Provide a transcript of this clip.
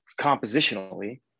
compositionally